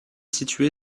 située